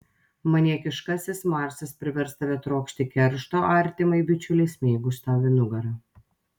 maniakiškasis marsas privers tave trokšti keršto artimai bičiulei smeigus tau į nugarą